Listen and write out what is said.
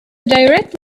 direct